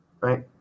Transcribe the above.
Right